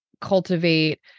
cultivate